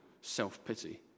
self-pity